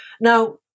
Now